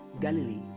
Galilee